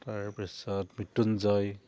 তাৰপিছত মৃত্যুঞ্জয়